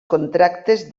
contractes